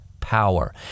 power